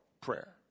prayer